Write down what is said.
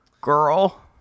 girl